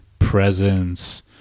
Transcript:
presence